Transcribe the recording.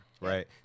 right